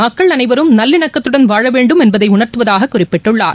மக்கள் அனைவரும் நல்லிணக்கத்துடன் வாழ வேண்டும் என்பதை உணர்த்துவதாக குறிப்பிட்டுள்ளார்